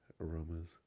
aromas